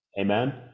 amen